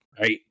Right